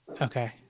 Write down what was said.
Okay